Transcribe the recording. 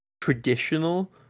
traditional